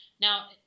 Now